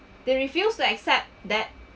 they refused to accept that